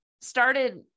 started